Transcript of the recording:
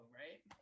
right